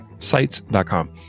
sites.com